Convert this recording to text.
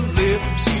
lips